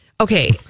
Okay